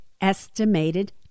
estimated